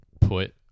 put